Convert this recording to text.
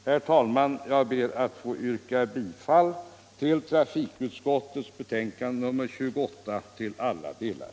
Jag ber, herr talman, att få yrka bifall till trafikutskottets betänkande nr 28 till alla delar.